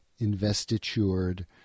investitured